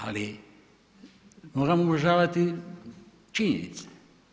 Ali moramo uvažavati činjenice.